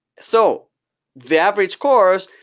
so the average course,